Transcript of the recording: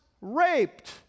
raped